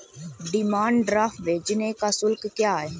Demand draft भेजने का शुल्क क्या है?